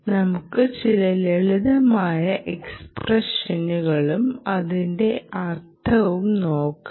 നമുക്ക് ചില ലളിതമായ എക്സ്പ്രഷനുകളും അതിന്റെ അർത്ഥവും നോക്കാം